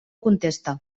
contesta